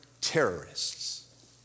terrorists